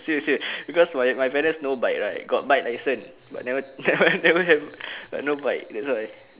serious serious because my my parents no bike right got bike license but never never never have but no bike that's why